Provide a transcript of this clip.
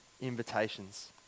invitations